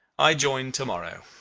i joined to-morrow.